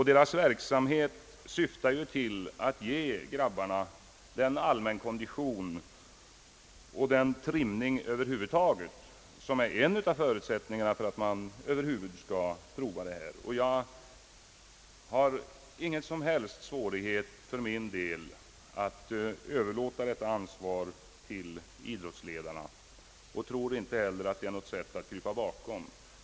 Deras verksamhet syftar ju till att ge grabbarna den allmänkondition och den trimning över huvud taget som är en av förutsättningarna för att man skall kunna deltaga. Jag har för min del ingen som helst svårighet att överlåta detta ansvar på idrottsledarna. Jag ser inte heller att det är något sätt att krypa bakom.